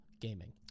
Gaming